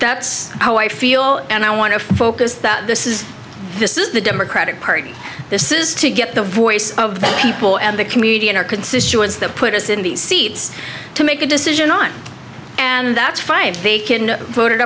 that's how i feel and i want to focus that this is this is the democratic party this is to get the voice of the people and the community and our constituents that put us in the seats to make a decision on and that's five